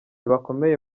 bakomeye